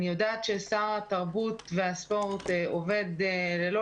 אני יודעת ששר התרבות והספורט עובד ללא